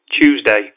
Tuesday